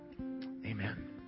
Amen